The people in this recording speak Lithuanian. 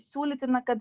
siūlytina kad